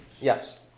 Yes